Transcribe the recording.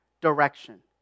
direction